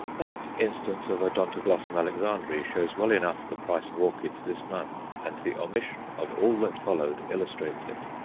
that instance of odontoglossum alexandrae shows well enough the price of orchids this month, and the omission of all that followed illustrates it.